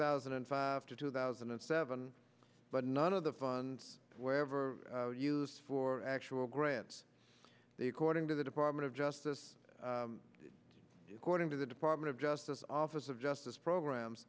thousand and five to two thousand and seven but none of the funds where ever used for actual grants they according to the department of justice according to the department of justice office of justice programs